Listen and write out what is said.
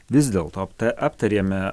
vis dėlto apta aptarėme